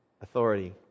authority